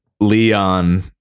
leon